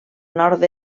nord